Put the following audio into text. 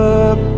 up